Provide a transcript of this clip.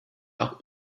auch